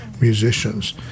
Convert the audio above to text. musicians